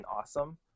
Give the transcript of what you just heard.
awesome